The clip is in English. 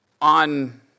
On